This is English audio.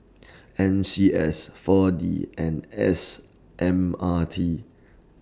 N C S four D and S M R T